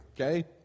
Okay